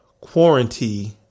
quarantine